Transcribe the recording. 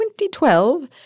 2012